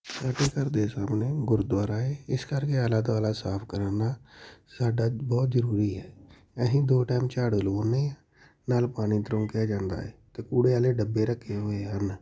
ਸਾਡੇ ਘਰ ਦੇ ਸਾਹਮਣੇ ਗੁਰਦੁਆਰਾ ਹੈ ਇਸ ਕਰਕੇ ਆਲਾ ਦੁਆਲਾ ਸਾਫ਼ ਕਰਾਉਣਾ ਸਾਡਾ ਬਹੁਤ ਜ਼ਰੂਰੀ ਹੈ ਅਸੀਂ ਦੋ ਟੈਮ ਝਾੜੂ ਲਵਾਉਨੇ ਹਾਂ ਨਾਲ ਪਾਣੀ ਧਰੋਕਿਆਂ ਜਾਂਦਾ ਹੈ ਅਤੇ ਕੂੜੇ ਵਾਲੇ ਡੱਬੇ ਰੱਖੇ ਹੋਏ ਹਨ